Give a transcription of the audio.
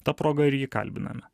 ta proga ir jį kalbiname